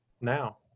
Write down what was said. now